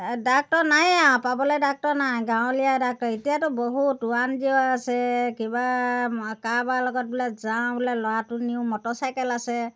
doctor নায়েই আৰু পাবলে ডাক্টৰ নাই গাঁৱলীয়া ডাক্তৰ এতিয়াতো বহুত ওৱান জিঅ' আছে কিবা কাৰোবাৰ লগত বোলে যাওঁ বোলে ল'ৰাটো নিওঁ মটৰ চাইকেল আছে